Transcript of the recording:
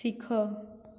ଶିଖ